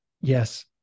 yes